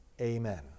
Amen